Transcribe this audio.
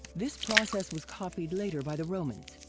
this process was copied later by the romans.